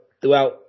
throughout